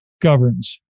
governs